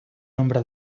nombre